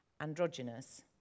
androgynous